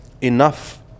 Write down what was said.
enough